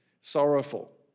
Sorrowful